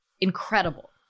incredible